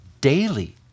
daily